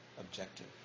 objective